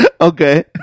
Okay